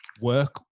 work